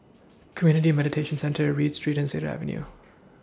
Community Mediation Centre Read Street Cedar Avenue